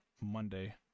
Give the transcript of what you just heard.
Monday